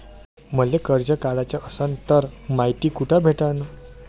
मले कर्ज काढाच असनं तर मायती कुठ भेटनं?